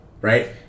right